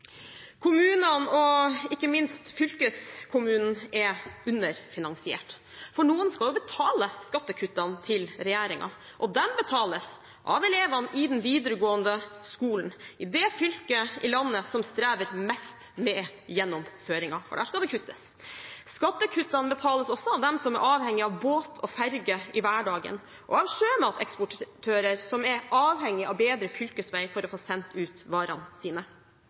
Kommunene, og ikke minst fylkeskommunen, er underfinansiert. For noen skal jo betale skattekuttene til regjeringen – og de betales av elevene i den videregående skolen i det fylket i landet som strever mest med gjennomføringen. For der skal det kuttes. Skattekuttene betales også av dem som er avhengige av båt og ferge i hverdagen, og av sjømatimportører, som er avhengige av bedre fylkesvei for å få sendt ut varene sine.